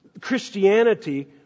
Christianity